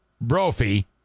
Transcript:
Brophy